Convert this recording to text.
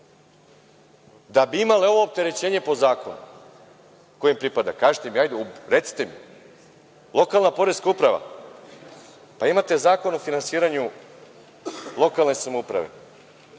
da bi imale ovo opterećenje po zakonu koje im pripada? Kažite mi, recite mi. Lokalna poreska uprava. Pa, imate Zakon o finansiranju lokalne samouprave.